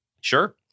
Sure